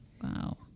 Wow